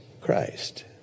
Christ